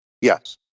Yes